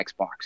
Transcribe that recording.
Xbox